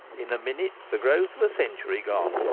in a minute the growth of a century gone,